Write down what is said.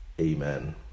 Amen